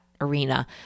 arena